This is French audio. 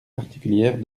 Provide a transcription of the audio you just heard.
particulière